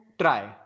try